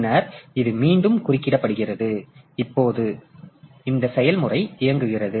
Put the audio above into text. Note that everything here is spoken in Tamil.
பின்னர் இது மீண்டும் குறுக்கிடப்படுகிறது இப்போது இந்த செயல்முறை இயங்குகிறது